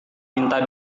minta